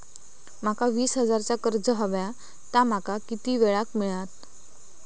माका वीस हजार चा कर्ज हव्या ता माका किती वेळा क मिळात?